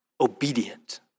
obedient